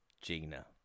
Gina